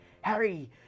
Harry